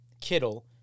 Kittle